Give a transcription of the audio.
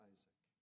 Isaac